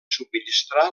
subministrar